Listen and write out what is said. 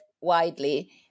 widely